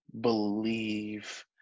believe